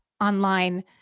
online